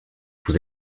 vous